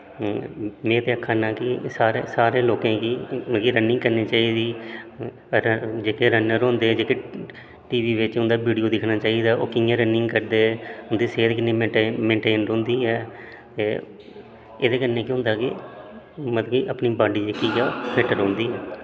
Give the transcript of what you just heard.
में ते आक्खा ना कि सारे लोकें गी रनिंग करनी चाहिदी जेह्के रनर होंदे जेह्के टी वी बिच्च उं'दा वीडियो दिक्खना चाहिदा ओह् कि'यां रनिंग करदे उन्दी सेह्त किन्नी मेनटेन रौंह्दी ऐ एह् एहदे कन्नै केह् होंदा कि मतलब कि अपनी बाडी जेह्की ऐ फिट रौंहदी ऐ